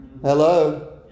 Hello